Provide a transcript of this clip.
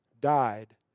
died